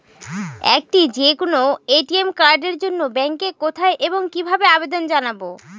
একটি যে কোনো এ.টি.এম কার্ডের জন্য ব্যাংকে কোথায় এবং কিভাবে আবেদন জানাব?